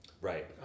Right